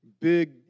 big